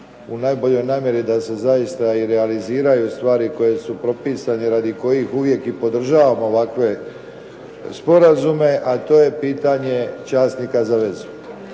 u najboljoj namjeri da se zaista i realiziraju stvari koje su propisane, radi kojih uvijek i podržavamo ovakve sporazume a to je pitanje časnika za vezu.